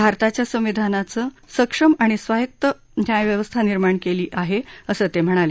भारताच्या संविधानानंच सक्षम आणि स्वायत्त न्यायव्यवस्था निर्माण केली असं ते म्हणाले